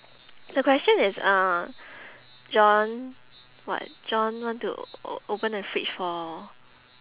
the question is uh john what john want to o~ open the fridge for